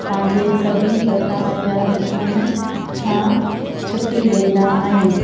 पंहिंजे सभिनि प्रकारनि जा दुखनि खां छुटी वेंदा आहियूं